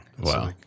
Wow